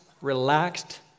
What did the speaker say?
relaxed